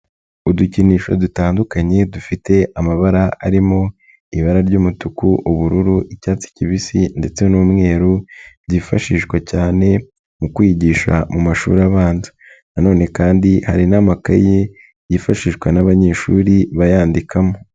Udukinisho dutandukanye dufite amabara arimo ibara ry'umutuku, ubururu, icyatsi kibisi ndetse n'umweru byifashishwa cyane mu kwigisha mu mashuri abanza, nanone kandi hari n'amakayi yifashishwa n'abanyeshuri bayandikamo.